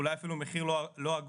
אולי אפילו מחיר לא הגון,